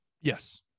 Yes